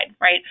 right